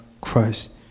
Christ